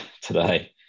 today